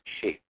Shape